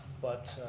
but